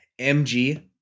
MG